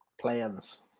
Plans